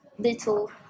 Little